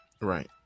right